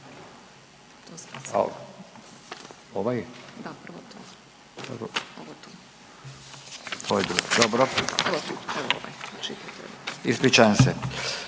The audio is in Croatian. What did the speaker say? ispričavam se.